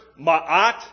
ma'at